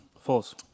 False